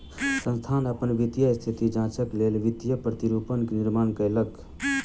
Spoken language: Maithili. संस्थान अपन वित्तीय स्थिति जांचक लेल वित्तीय प्रतिरूपण के निर्माण कयलक